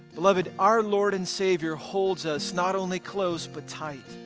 beloved, our lord and savior holds us not only close but tight.